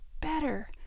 better